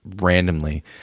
randomly